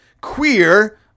queer